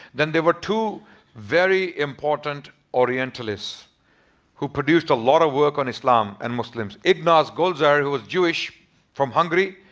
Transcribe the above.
then they were two very important orientalists who produced a lot of work on islam and muslims. ignaz goldziher who was jewish from hungary.